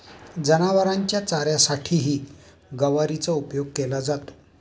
जनावरांच्या चाऱ्यासाठीही गवारीचा उपयोग केला जातो